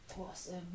awesome